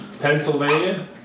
Pennsylvania